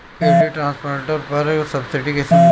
Paddy transplanter पर subsidy कैसे मिली?